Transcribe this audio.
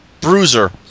Bruiser